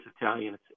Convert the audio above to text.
Italian